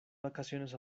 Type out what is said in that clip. vacaciones